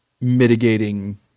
mitigating